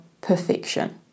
perfection